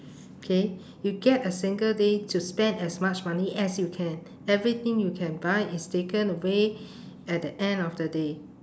okay you get a single day to spend as much money as you can everything you can buy is taken away at the end of the day